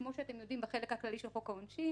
כמו שאתם יודעים, בחלק הכללי של חוק העונשין